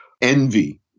envy